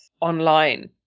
online